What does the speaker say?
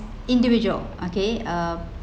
individual okay uh